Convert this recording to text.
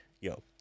yo